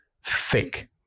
fake